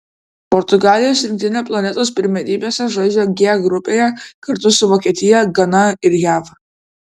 portugalijos rinktinė planetos pirmenybėse žaidžia g grupėje kartu su vokietija gana ir jav